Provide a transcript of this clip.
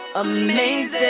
amazing